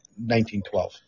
1912